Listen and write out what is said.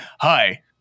hi